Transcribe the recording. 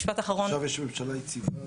עכשיו יש ממשלה יציבה,